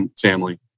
Family